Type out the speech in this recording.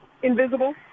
Invisible